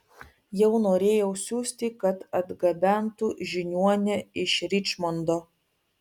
jau norėjau siųsti kad atgabentų žiniuonę iš ričmondo